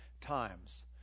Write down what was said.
times